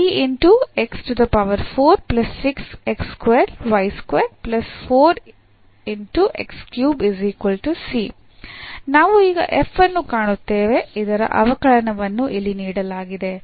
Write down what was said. ಪರಿಹಾರ ನಾವು ಈಗ ಅನ್ನು ಕಾಣುತ್ತೇವೆ ಇದರ ಅವಕಲನವನ್ನು ಇಲ್ಲಿ ನೀಡಲಾಗಿದೆ